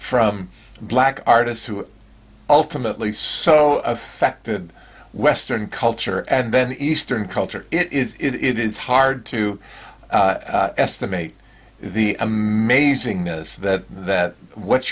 from black artists who ultimately so affected western culture and then eastern culture it is hard to estimate the amazing this that that what